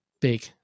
Big